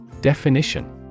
DEFINITION